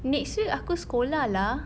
next week aku sekolah lah